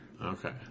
Okay